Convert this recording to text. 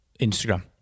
Instagram